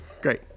Great